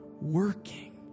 working